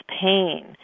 pain